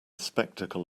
spectacle